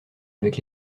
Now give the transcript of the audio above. avec